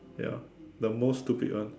ya the most stupid one